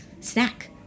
snack